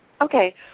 Okay